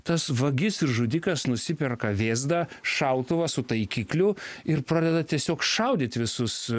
tas vagis žudikas nusiperka vėzdą šautuvą su taikikliu ir pradeda tiesiog šaudyt visus